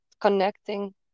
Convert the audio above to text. connecting